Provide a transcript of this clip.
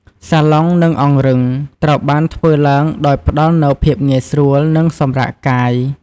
សាឡុង និងអង្រឹង ត្រូវបានធ្វើឡើងដោយផ្តល់នូវភាពងាយស្រួល និងសម្រាកកាយ។